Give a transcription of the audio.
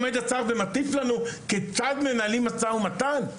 עומד ומטיף לנו כיצד מנהלים משא ומתן?